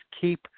keep